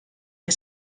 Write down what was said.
que